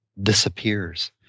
disappears